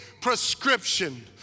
prescription